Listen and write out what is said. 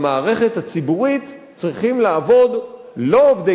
במערכת הציבורית צריכים לעבוד לא עובדי